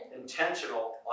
intentional